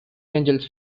angeles